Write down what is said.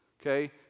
okay